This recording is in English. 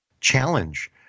challenge